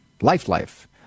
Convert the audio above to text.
life-life